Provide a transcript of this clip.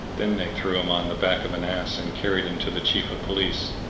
then they threw him on the back of an ass and carried him to the chief of police.